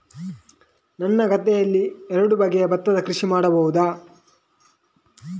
ಒಂದು ಗದ್ದೆಯಲ್ಲಿ ಎರಡು ಬಗೆಯ ಭತ್ತದ ಕೃಷಿ ಮಾಡಬಹುದಾ?